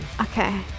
okay